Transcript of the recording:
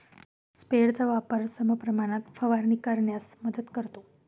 स्प्रेयरचा वापर समप्रमाणात फवारणी करण्यास मदत करतो